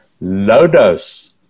low-dose